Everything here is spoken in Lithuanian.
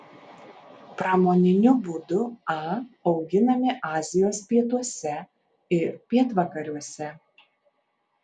pramoniniu būdu a auginami azijos pietuose ir pietvakariuose